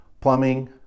plumbing